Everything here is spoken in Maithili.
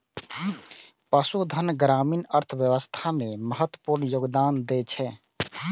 पशुधन ग्रामीण अर्थव्यवस्था मे महत्वपूर्ण योगदान दै छै